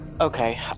Okay